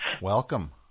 Welcome